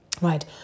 right